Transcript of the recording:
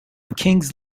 kings